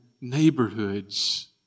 neighborhoods